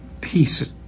peace